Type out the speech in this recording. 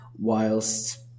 whilst